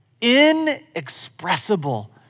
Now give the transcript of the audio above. inexpressible